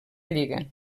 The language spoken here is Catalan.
lliga